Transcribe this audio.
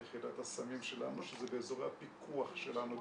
את יחידת הסמים שלנו שזה באזורי הפיקוח שלנו.